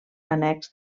annex